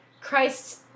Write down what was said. Christ